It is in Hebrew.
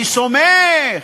אני סומך,